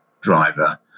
driver